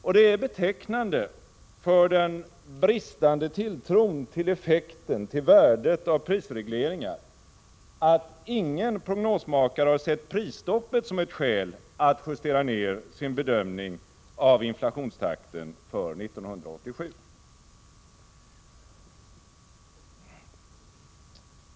Och det är betecknande för den bristande tilltron till effekten och värdet av prisregleringar att ingen prognosmakare har sett prisstoppet som ett skäl att justera ned sin bedömning när det gäller inflationstakten för 1987.